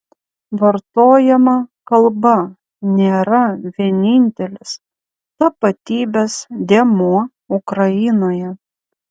vartojama kalba nėra vienintelis tapatybės dėmuo ukrainoje